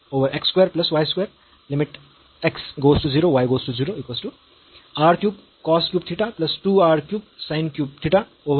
तर आपल्याकडे ही लिमिट बरोबर 0 असेल फंक्शन चे मूल्य 0 असेल